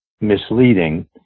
misleading